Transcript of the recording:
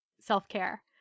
self-care